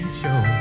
show